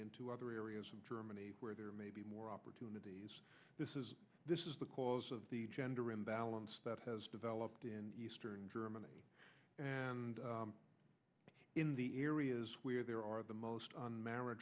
into other areas of germany where there may be more opportunities this is this is the cause of the gender imbalance that has developed in eastern germany and in the areas where there are the most on